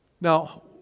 Now